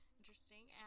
interesting